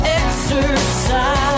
exercise